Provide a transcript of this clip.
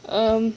um